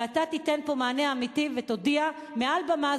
ואתה תיתן פה מענה אמיתי ותודיע מעל במה